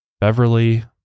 Beverly